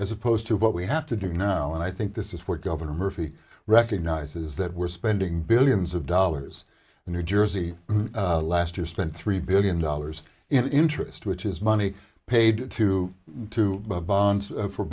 as opposed to what we have to do now and i think this is what governor murphy recognizes that we're spending billions of dollars in new jersey last year spent three billion dollars in interest which is money paid to to buy bonds for